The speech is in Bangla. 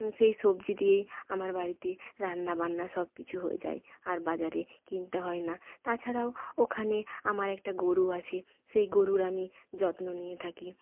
সেই সবজি দিয়েই আমার বাড়িতে রান্না বান্না সব কিছু হয়ে যায় আর বাজারে কিনতে হয়না তাছাড়াও ওখানে আমার একটা গরু আছে সেই গরুর আমি যত্ন নিয়ে থাকি